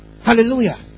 Hallelujah